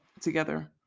together